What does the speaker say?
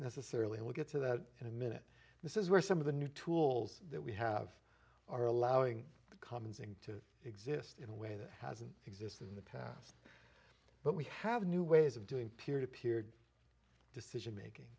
necessarily it will get to that in a minute this is where some of the new tools that we have are allowing the commons in to exist in a way that hasn't existed in the past but we have a new ways of doing peer to peer decision making